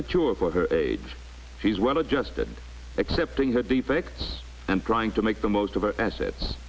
mature for her age she's well adjusted accepting her defects and trying to make the most of our assets